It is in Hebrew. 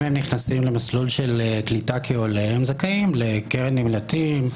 אם הם נכנסים למסלול קליטה כעולה הם זכאים לקרן נמלטים.